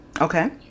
Okay